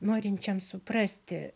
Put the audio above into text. norinčiam suprasti